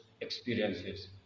experiences